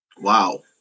Wow